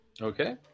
Okay